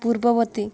ପୂର୍ବବର୍ତ୍ତୀ